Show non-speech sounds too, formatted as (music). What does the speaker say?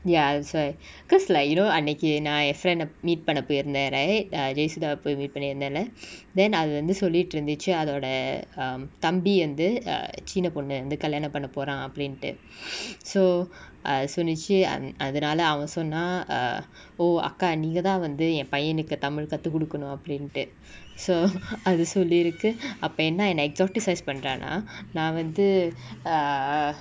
ya that's why cause like you know அன்னைக்கு நா:annaiku na eh friend ah meet பன்ன போயிருந்த:panna poyiruntha right ah jesitha வ போய்:va poai meet பன்னி இருந்தல:panni irunthala (breath) then அதுவந்து சொல்லிட்டு இருந்துச்சு அதோட:athuvanthu sollitu irunthuchu athoda um தம்பி வந்து:thambi vanthu err சீன பொன்னு வந்து கலியானொ பன்ன போர அப்டிண்டு:seena ponnu vanthu kaliyano panna pora apdindu (breath) so as soon as she an~ அதனால அவ சொன்னா:athanala ava sonna err oh அக்கா நீங்கதா வந்து எ பையனுக்கு:akka neengatha vanthu ye paiyanuku tamil கத்து குடுக்கனு அப்டிண்டு:kathu kudukanu apdintu so (noise) அது சொல்லிருக்கு:athu sollirukku (breath) அப்ப என்னா என்ன:apa ennaa enna exotic size பன்ரானா நா வந்து:panraana na vanthu err